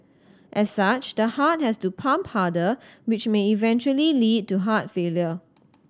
as such the heart has to pump harder which may eventually lead to heart failure